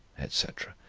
etc?